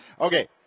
Okay